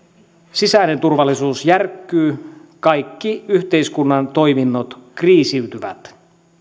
sisäinen turvallisuus järkkyy kaikki yhteiskunnan toiminnot kriisiytyvät